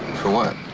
for what?